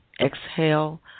Exhale